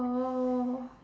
oh